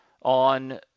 on